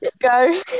Go